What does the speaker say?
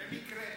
במקרה.